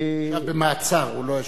ישב במעצר עד תום ההליכים.